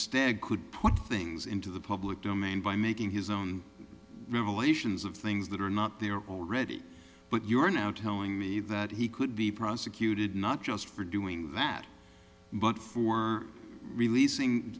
stagg could put things into the public domain by making his own revelations of things that are not there already but you are now telling me that he could be prosecuted not just for doing that but for